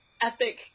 epic